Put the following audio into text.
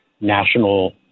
national